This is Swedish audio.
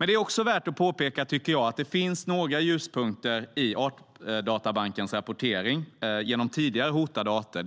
Men det är också värt att påpeka, tycker jag, att det finns några ljuspunkter i Artdatabankens rapportering som gäller tidigare hotade arter.